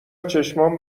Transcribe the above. چشمام